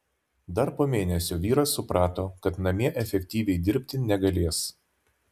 dar po mėnesio vyras suprato kad namie efektyviai dirbti negalės